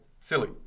Silly